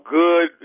good